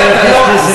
החלום.